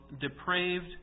depraved